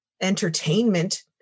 entertainment